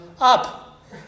up